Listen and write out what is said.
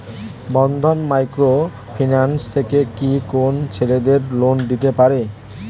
বন্ধন micro finance থেকে কি কোন ছেলেদের লোন দিতে পারে?